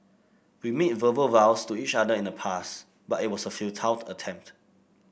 we made verbal vows to each other in the past but it was a futile attempt